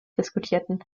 diskutierten